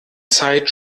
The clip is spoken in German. zeit